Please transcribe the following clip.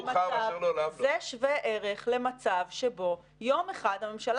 זה שווה ערך למצב שבו יום אחד הממשלה